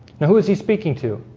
who is he speaking to?